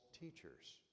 teachers